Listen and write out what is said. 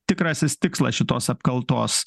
tikrasis tikslas šitos apkaltos